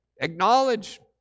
acknowledge